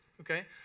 okay